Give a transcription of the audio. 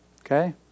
Okay